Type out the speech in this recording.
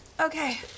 Okay